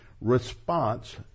response